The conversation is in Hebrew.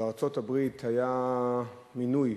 בארצות-הברית, היה מינוי.